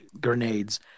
grenades